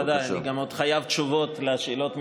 בוודאי, אני עוד חייב תשובות על השאלות מהקהל,